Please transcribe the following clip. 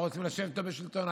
לא רוצים לשבת איתו בשלטון.